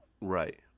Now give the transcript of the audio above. Right